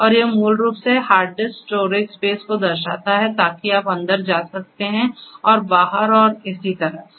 और यह मूल रूप से हार्ड डिस्क स्टोरेज स्पेस को दर्शाता है ताकि आप अंदर जा सकते हैं और बाहर और इसी तरह से